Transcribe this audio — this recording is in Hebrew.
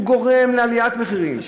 הוא גורם לעליית מחירים,